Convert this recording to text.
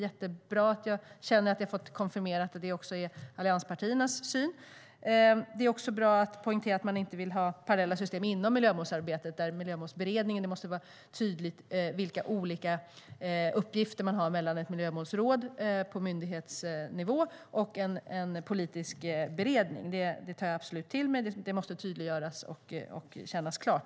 Det är mycket bra att vi fått konfirmerat att det även är allianspartiernas syn. Det är också bra att man poängterar att man inte vill ha parallella system inom miljömålsarbetet. De olika uppgifterna mellan ett miljömålsråd på myndighetsnivå och en politisk beredning måste vara tydliga. Det tar jag absolut till mig. Det måste tydliggöras och kännas klart.